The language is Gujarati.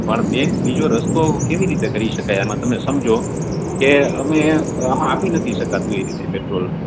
પણ બેન બીજો રસ્તો કેવી રીતે કરી શકાય આમા તમે સમજો કે અમે આપી નથી શકાતું એ રીતે પેટ્રોલ